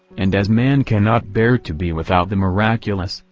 and as man cannot bear to be without the miraculous,